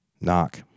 Knock